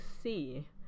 see